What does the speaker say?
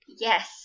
Yes